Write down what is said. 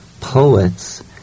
poets